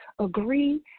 agree